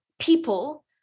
people